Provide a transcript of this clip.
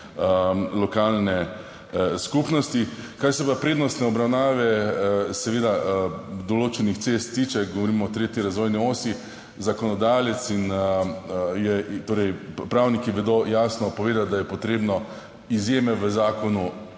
lokalne skupnosti. Kar se pa prednostne obravnave seveda določenih cest tiče, govorimo o tretji razvojni osi, zakonodajalec in je, torej pravniki vedo jasno povedati, da je potrebno izjeme v zakonu